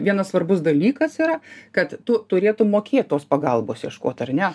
vienas svarbus dalykas yra kad tu turėtum mokėt tos pagalbos ieškot ar ne